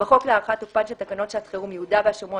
2. בחוק להארכת תוקפן של תקנות שעת חירום (יהודה והשומרון,